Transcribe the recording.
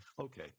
Okay